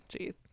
Jeez